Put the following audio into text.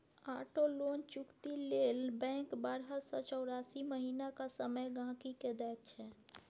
auto loan चुकती लेल bank बारह सँ चौरासी महीनाक समय गांहिकी केँ दैत छै